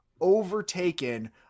overtaken